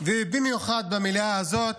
במליאה הזאת